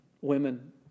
women